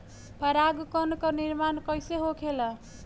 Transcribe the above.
पराग कण क निर्माण कइसे होखेला?